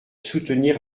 soutenir